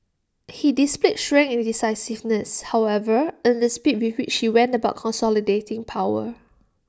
he displayed strength and decisiveness however in the speed with which she went about consolidating power